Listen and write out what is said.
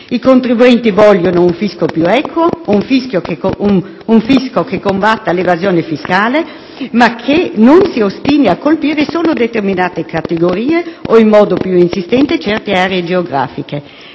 I contribuenti vogliono un fisco più equo, un fisco che combatta l'evasione fiscale, ma che non si ostini a colpire solo determinate categorie o in modo più insistente certe aree geografiche.